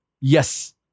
Yes